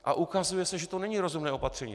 A ukazuje se, že to není rozumné opatření.